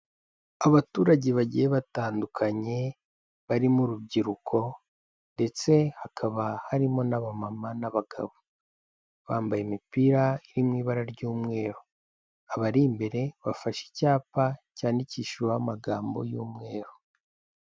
Abaturage bagiye batandukanye barimo urubyiruko ndetse hakaba harimo n'abamama n'abagabo. Bambaye imipira iri mu ibara ry'umweru. Abari imbere bafashe icyapa cyandikishijeho amagambo y'umweru.